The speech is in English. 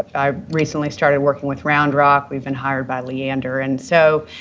i recently started working with round rock. we've been hired by leander, and so,